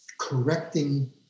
correcting